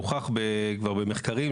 הוכח כבר במחקרים,